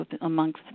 amongst